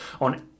on